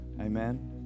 Amen